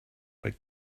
but